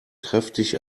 kräftig